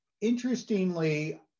Interestingly